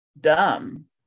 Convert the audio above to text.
dumb